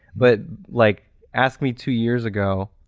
but, like ask me two years ago,